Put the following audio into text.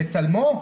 בצלמו?